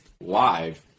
live